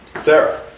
Sarah